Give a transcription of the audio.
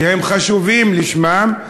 שהם חשובים לשמם,